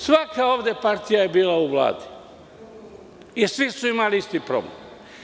Svaka partija je bila u vladi i svi su imali isti problem.